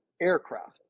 aircraft